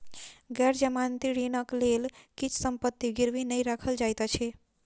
गैर जमानती ऋणक लेल किछ संपत्ति गिरवी नै राखल जाइत अछि